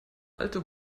alte